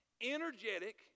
energetic